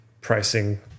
pricing